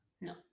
No